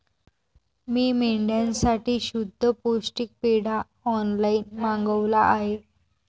मी मेंढ्यांसाठी शुद्ध पौष्टिक पेंढा ऑनलाईन मागवला आहे